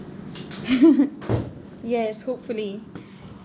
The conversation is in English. yes hopefully